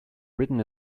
written